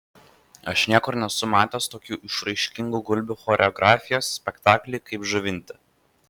aš niekur nesu matęs tokių išraiškingų gulbių choreografijos spektaklių kaip žuvinte